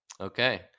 Okay